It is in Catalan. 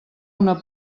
una